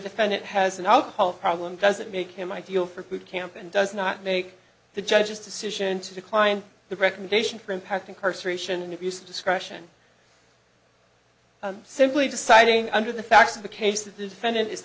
defendant has an alcohol problem doesn't make him ideal for boot camp and does not make the judge's decision to decline the recommendation for impact incarceration and abuse of discretion simply deciding under the facts of the case